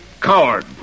coward